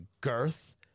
girth